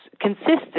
consistent